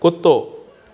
कुत्तो